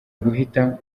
guhita